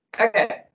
Okay